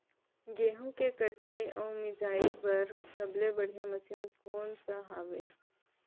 गेहूँ के कटाई अऊ मिंजाई बर सबले बढ़िया मशीन कोन सा हवये?